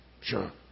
Sure